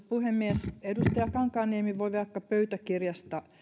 puhemies edustaja kankaanniemi voi vaikka pöytäkirjasta